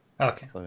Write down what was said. Okay